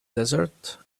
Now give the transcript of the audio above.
desert